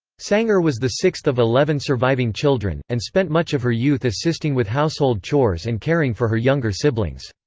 sanger was the sixth of eleven surviving children, and spent much of her youth assisting with household chores and caring for her younger siblings.